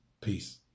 Peace